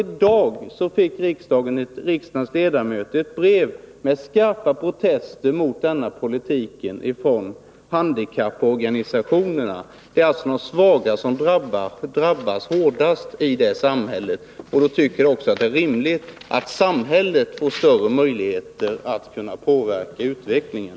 I dag fick riksdagens ledamöter ett brev från handikapporganisationerna med skarpa protester mot denna politik. Det är alltså de svagaste som drabbas hårdast i det här samhället, och då tycker jag att det är rimligt att samhället får större möjligheter att påverka utvecklingen.